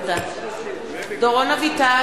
(קוראת בשמות חברי הכנסת) דורון אביטל,